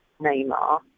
Neymar